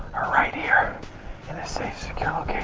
are right here. in a safe, secure